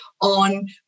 on